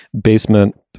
basement